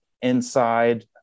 inside